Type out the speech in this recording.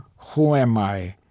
who am i?